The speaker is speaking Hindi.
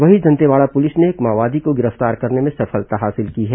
वहीं दंतेवाड़ा पुलिस ने एक माओवादी को गिरफ्तार करने में सफलता हासिल की है